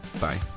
bye